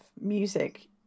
music